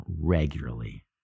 regularly